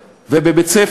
ובבית-ספר.